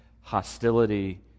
hostility